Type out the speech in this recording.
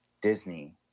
Disney